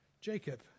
Jacob